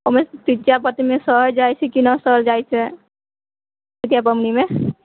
ओहिमे जितिया पाबनिमे सहल जाइ छै कि नहि सहल जाइ छै जितिया पाबनिमे